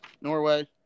Norway